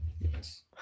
Yes